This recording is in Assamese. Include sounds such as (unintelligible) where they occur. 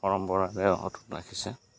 পৰম্পৰা (unintelligible) অটুট ৰাখিছে